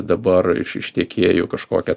dabar iš iš tiekėjų kažkokią